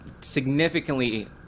significantly